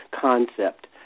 concept